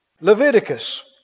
Leviticus